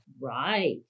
Right